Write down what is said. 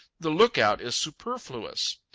the lookout is superfluous.